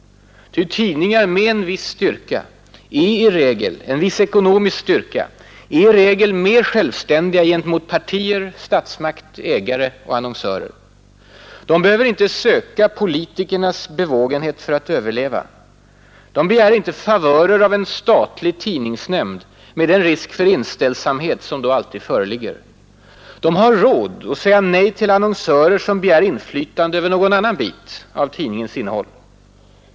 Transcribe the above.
Ty tidningar med en viss ekonomisk styrka är ju i regel mer självständiga gentemot partier, statsmakt, ägare och annonsörer. De behöver inte söka politikernas bevågenhet för att överleva. De begär inte favörer av en statlig tidningsnämnd med den risk för inställsamhet som då alltid föreligger. De har råd att säga nej till annonsörer som begär inflytande över någon annan bit av tidningens innehåll.